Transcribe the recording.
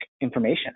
information